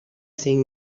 seeing